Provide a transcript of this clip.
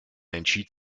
entschied